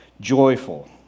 Joyful